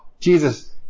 Jesus